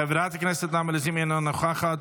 חברת הכנסת נעמה לזימי, אינה נוכחת,